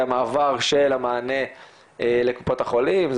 והמעבר של המענה לקופות החולים.